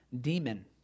demon